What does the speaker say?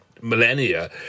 millennia